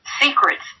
secrets